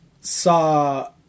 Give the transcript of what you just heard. saw